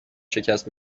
شکست